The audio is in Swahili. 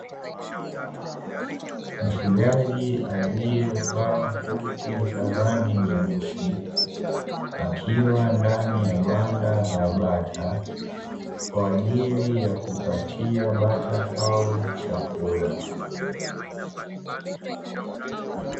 Mfugaji aliyevaa buti za rangi nyeusi, akiwa ndani ya banda la bata kwa ajili ya kupatia bata hao chakula.